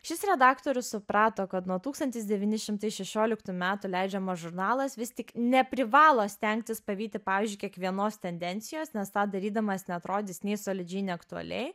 šis redaktorius suprato kad nuo tūkstantis devyni šimtai šešioliktų metų leidžiamas žurnalas vis tik neprivalo stengtis pavyti pavyzdžiui kiekvienos tendencijos nes tą darydamas neatrodys nei solidžiai nei aktualiai